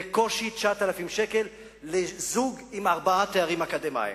בקושי 9,000 שקל לזוג עם ארבעה תארים אקדמיים.